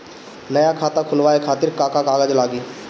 नया खाता खुलवाए खातिर का का कागज चाहीं?